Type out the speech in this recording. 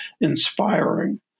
inspiring